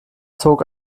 zog